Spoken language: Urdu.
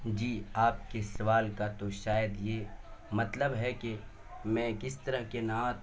جی آپ کے سوال کا تو شاید یہ مطلب ہے کہ میں کس طرح کے نعت